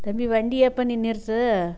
தம்பி வண்டி ஏன்ப்பா நின்னுடுச்சு